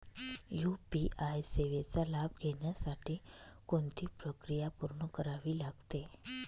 UPI सेवेचा लाभ घेण्यासाठी कोणती प्रक्रिया पूर्ण करावी लागते?